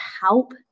help